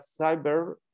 cyber